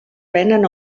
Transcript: venen